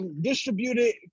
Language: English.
distributed